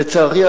לצערי,